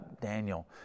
Daniel